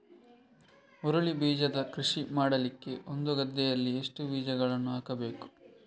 ಹುರುಳಿ ಬೀಜದ ಕೃಷಿ ಮಾಡಲಿಕ್ಕೆ ಒಂದು ಗದ್ದೆಯಲ್ಲಿ ಎಷ್ಟು ಬೀಜಗಳನ್ನು ಹಾಕಬೇಕು?